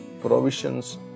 provisions